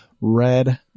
red